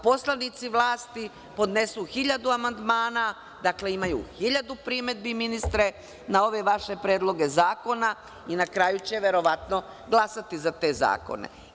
Poslanici vlasti podnesu 1.000 amandmana, imaju 1.000 primedbi ministre na ove vaše predloge zakona i na kraju će verovatno glasati za te zakone.